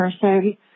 person